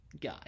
guy